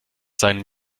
seinen